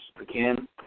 again